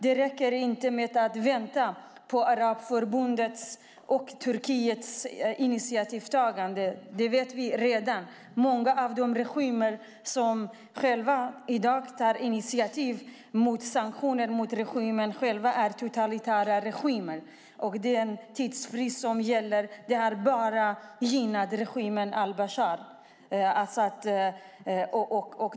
Det räcker inte med att vänta på Arabförbundets och Turkiets initiativ. Det vet vi redan. Många av de regimer som i dag tar initiativ till sanktioner mot regimen är själva totalitära. Tidsfristen har bara gynnat regimen Bashar al-Assad.